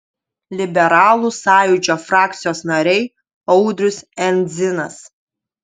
liberalų sąjūdžio frakcijos nariai audrius endzinas